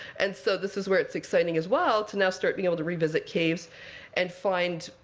and so this is where it's exciting as well, to now start being able to revisit caves and find,